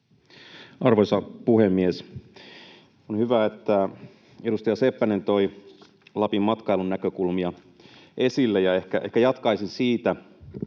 Arvoisa puhemies! On hyvä, että edustaja Seppänen toi Lapin matkailunäkökulmia esille, ja ehkä jatkaisin siitä